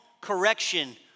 correction